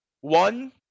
One